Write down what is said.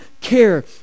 care